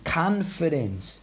confidence